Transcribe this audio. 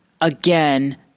again